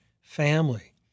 family